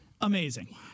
amazing